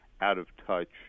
out-of-touch